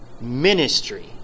ministry